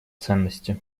ценности